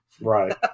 Right